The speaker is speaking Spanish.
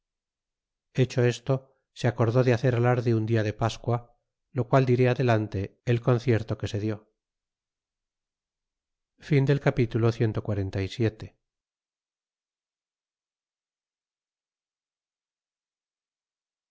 hecho esto se acordé de hacer alarde un dia de pascua lo qual diré adelante el concierto que se di capitulo